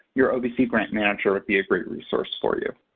your ovc grant manager would be a great resource for you.